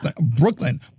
Brooklyn